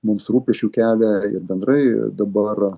mums rūpesčių kelia ir bendrai dabar